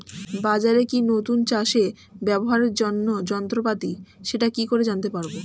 বাজারে কি নতুন চাষে ব্যবহারের জন্য যন্ত্রপাতি সেটা কি করে জানতে পারব?